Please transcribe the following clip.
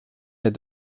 est